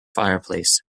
fireplace